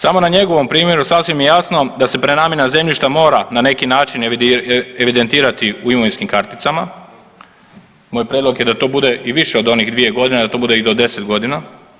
Samo na njegovom primjeru sasvim je jasno da se prenamjena zemljišta mora na neki način evidentirati u imovinskim karticama, moj prijedlog je da to bude i više od onih 2 godine, da to bude i do 10 godina.